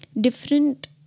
different